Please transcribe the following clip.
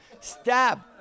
stab